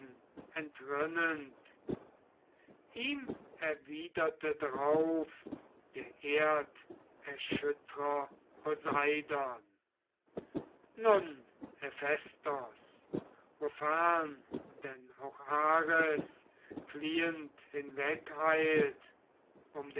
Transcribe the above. ihm erwiderte drauf der erderschüttrer poseidon nun hephaistos wofern denn auch ares fliehend